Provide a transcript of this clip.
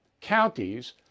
counties